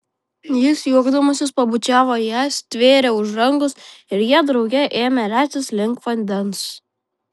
jis juokdamasis pabučiavo ją stvėrė už rankos ir jie drauge ėmė leistis link vandens